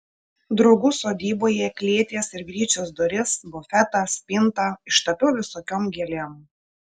draugų sodyboje klėties ir gryčios duris bufetą spintą ištapiau visokiom gėlėm